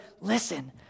Listen